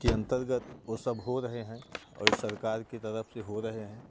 के अन्तर्गत वो सब हो रहे हैं और ये सरकार की तरफ़ से हो रहे हैं